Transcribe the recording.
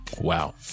Wow